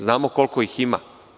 Znamo koliko ih ima.